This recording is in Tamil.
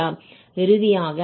இறுதியாக α 1 − αI ஐ பெறலாம்